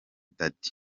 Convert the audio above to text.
daddy